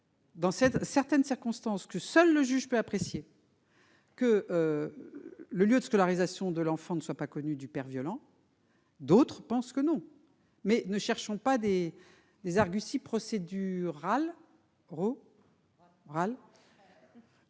dans certaines circonstances que seul le juge peut apprécier, que le lieu de scolarisation de l'enfant ne soit pas connu du père violent ; d'autres ne le pensent pas. Mais ne cherchons pas des arguties procédurales